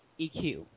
EQ